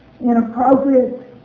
inappropriate